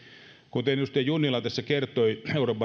kuten edustaja junnila tässä kertoi